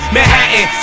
Manhattan